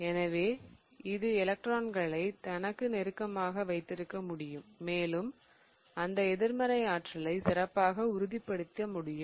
எனவே இது எலக்ட்ரான்களை தனக்கு நெருக்கமாக வைத்திருக்க முடியும் மேலும் அந்த எதிர்மறை ஆற்றலை சிறப்பாக உறுதிப்படுத்த முடியும்